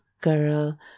girl